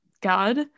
God